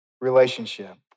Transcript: Relationship